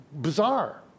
bizarre